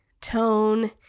tone